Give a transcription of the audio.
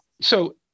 So-